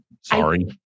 Sorry